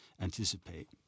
anticipate